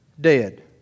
dead